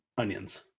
onions